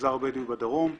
המגזר הבדואי בדרום.